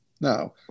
Now